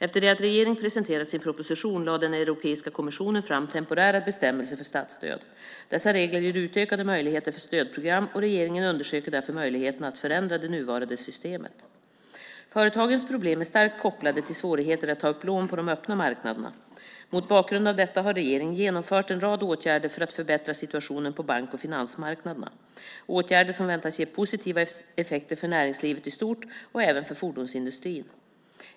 Efter det att regeringen hade presenterat sin proposition lade Europeiska kommissionen fram temporära bestämmelser för statsstöd. Dessa regler ger utökade möjligheter för stödprogram, och regeringen undersöker därför möjligheterna att förändra det nuvarande systemet. Företagens problem är starkt kopplade till svårigheter att ta upp lån på de öppna marknaderna. Mot bakgrund av detta har regeringen genomfört en rad åtgärder för att förbättra situationen på bank och finansmarknaderna - åtgärder som väntas ge positiva effekter för näringslivet i stort och även för fordonsindustrin.